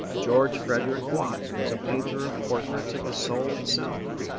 george frederick watts was a painter of portraits of the soul itself,